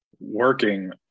working